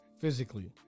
physically